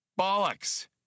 Bollocks